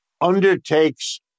undertakes